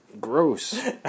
gross